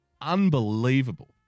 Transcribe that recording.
Unbelievable